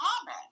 common